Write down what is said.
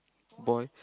boy